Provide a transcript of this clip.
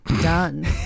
done